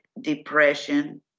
depression